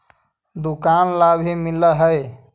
दुकान ला भी मिलहै?